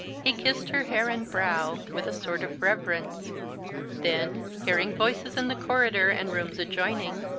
he kissed her hair and brow, with a sort of reverence then, hearing voices in the corridor and rooms adjoining,